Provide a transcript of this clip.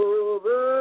over